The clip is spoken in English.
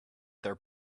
their